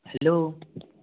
hello